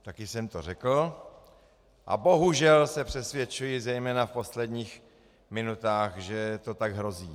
Také jsem to řekl a bohužel se přesvědčuji, zejména v posledních minutách, že to tak hrozí.